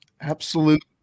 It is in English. Absolute